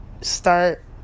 start